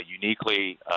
uniquely